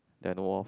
then